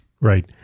Right